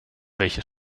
welche